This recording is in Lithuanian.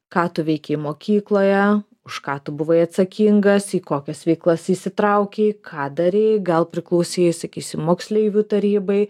ką tu veikei mokykloje už ką tu buvai atsakingas į kokias veiklas įsitraukei ką darei gal priklausei sakysim moksleivių tarybai